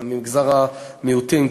ממגזר המיעוטים,